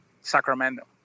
Sacramento